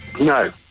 No